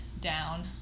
down